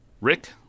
Rick